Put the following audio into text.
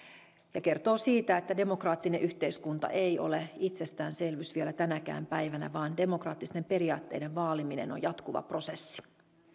ja kertoo siitä että demokraattinen yhteiskunta ei ole itsestäänselvyys vielä tänäkään päivänä vaan demokraattisten periaatteiden vaaliminen on jatkuva prosessi